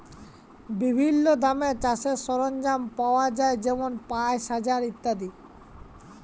বিভিল্ল্য দামে চাষের সরল্জাম পাউয়া যায় যেমল পাঁশশ, হাজার ইত্যাদি